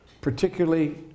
particularly